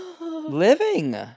living